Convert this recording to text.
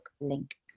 link